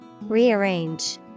rearrange